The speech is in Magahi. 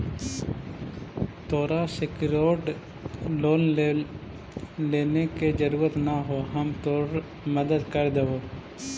तोरा सेक्योर्ड लोन लेने के जरूरत न हो, हम तोर मदद कर देबो